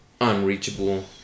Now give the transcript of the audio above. unreachable